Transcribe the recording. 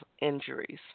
injuries